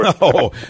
No